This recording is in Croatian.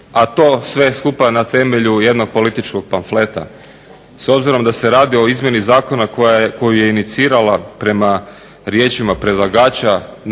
a to sve skupa na temelju jednog političkog pamfleta. S obzirom da se radi o izmjeni zakona koju je inicirala prema riječima predlagača